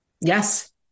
Yes